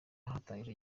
hatangijwe